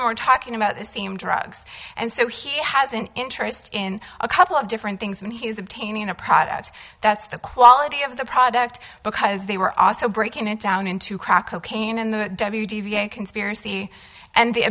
even we're talking about the same drugs and so he has an interest in a couple of different things when he is obtaining a product that's the quality of the product because they were also breaking it down into crack cocaine in the conspiracy and the